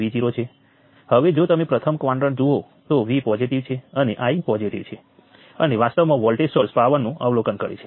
હકીકતમાં હું તમને આ બિંદુએ વિડિઓને થોભાવવા અને દરેક નોડ ઉપર KCL ઈકવેશન્સ લખવા માટે પ્રોત્સાહિત કરીશ